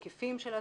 בהיקפים של התיקים,